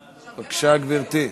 בבקשה, גברתי,